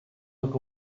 look